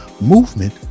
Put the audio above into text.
Movement